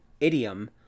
idiom